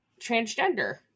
transgender